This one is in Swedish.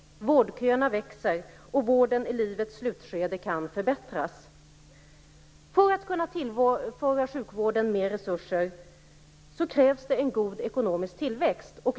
Vårdköerna växer, och vården i livets slutskede kan förbättras. För att kunna tillföra sjukvården mer resurser krävs det en god ekonomisk tillväxt.